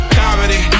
comedy